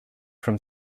from